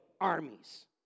armies